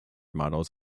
models